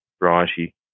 variety